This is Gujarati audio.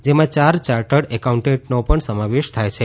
જેમાં ચાર ચાર્ટર્ડ એકાઉન્ટન્ટનો પણ સમાવેશ થાય છે